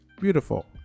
beautiful